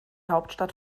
hauptstadt